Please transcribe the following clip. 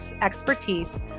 expertise